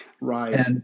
Right